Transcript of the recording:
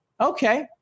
Okay